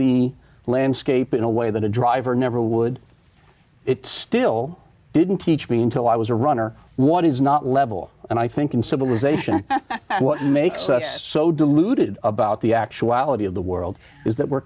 the landscape in a way that a driver never would it still didn't teach me until i was a runner one is not level and i think in civilization what makes us so deluded about the actuality of the world is that we're